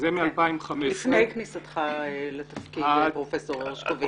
לפני כניסתך לתפקיד, פרופ' הרשקוביץ.